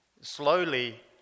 slowly